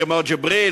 כמו ג'יבריל,